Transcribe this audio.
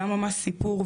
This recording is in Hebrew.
זה היה ממש סיפור.